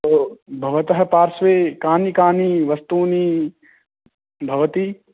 तु भवतः पार्श्वे कानि कानि वस्तूनि भवति